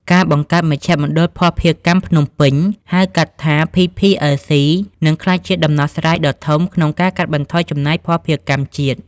ការបង្កើតមជ្ឈមណ្ឌលភស្តុភារកម្មភ្នំពេញ (ហៅកាត់ថា PPLC) នឹងក្លាយជាដំណោះស្រាយដ៏ធំក្នុងការកាត់បន្ថយចំណាយភស្តុភារកម្មជាតិ។